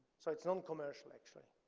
so it's non-commercial, actually.